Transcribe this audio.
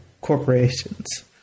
corporations